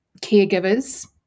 caregivers